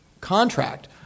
contract